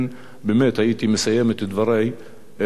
הייתי מסיים את דברי אלה,